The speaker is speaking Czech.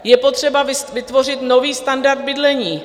Je potřeba vytvořit nový standard bydlení.